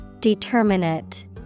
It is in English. Determinate